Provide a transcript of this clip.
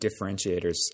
differentiators